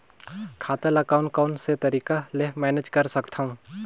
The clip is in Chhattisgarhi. खाता ल कौन कौन से तरीका ले मैनेज कर सकथव?